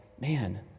man